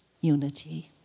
unity